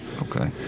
Okay